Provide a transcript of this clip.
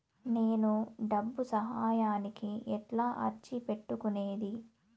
నేను డబ్బు సహాయానికి ఎట్లా అర్జీ పెట్టుకునేది?